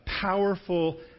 powerful